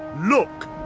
Look